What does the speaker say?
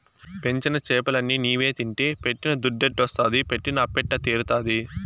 పెంచిన చేపలన్ని నీవే తింటే పెట్టిన దుద్దెట్టొస్తాది పెట్టిన అప్పెట్ట తీరతాది